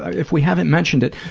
if we haven't mentioned it,